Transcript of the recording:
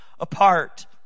apart